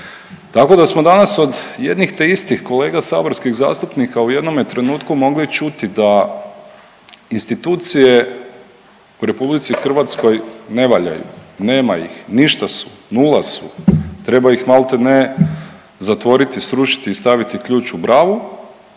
tako da smo danas od jednih te istih kolega saborskih zastupnika u jednome trenutku mogli čuti da institucije u RH ne valjaju, nema ih, ništa su, nula su, treba ih maltene zatvoriti, srušiti i staviti ključ u bravu,